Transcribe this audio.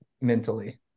mentally